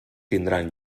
tindran